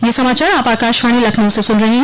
ब्रे क यह समाचार आप आकाशवाणी लखनऊ से सुन रहे हैं